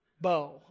bow